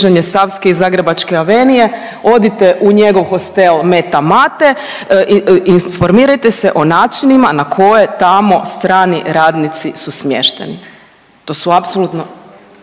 Savske i Zagrebačke avenije, odite u njegov hostel Meta Mate i informirajte se o načinima na koje tamo strani radnici su smješteni. To su apsolutno